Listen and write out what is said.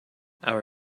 our